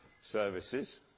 services